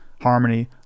harmony